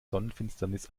sonnenfinsternis